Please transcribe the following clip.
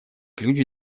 ключ